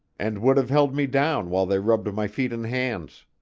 and would have held me down while they rubbed my feet and hands.